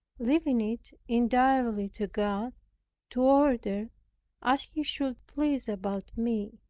leaving it entirely to god to order as he should please about me.